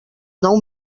nou